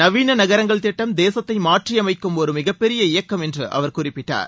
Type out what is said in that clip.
நவீன நகரங்கள் திட்டம் தேசத்தை மாற்றியமைக்கும் ஒரு மிகப்பெரிய இயக்கம் என்று அவர் குறிப்பிட்டார்